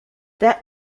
that